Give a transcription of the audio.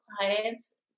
clients